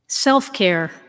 Self-care